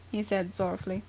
he said sorrowfully.